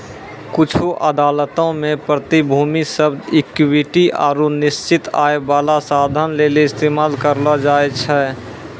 कुछु अदालतो मे प्रतिभूति शब्द इक्विटी आरु निश्चित आय बाला साधन लेली इस्तेमाल करलो जाय छै